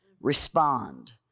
respond